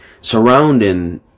surrounding